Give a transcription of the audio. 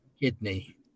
kidney